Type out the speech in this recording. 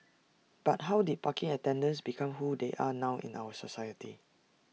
but how did parking attendants become who they are now in our society